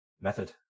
Method